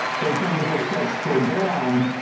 those numbers will start to go down.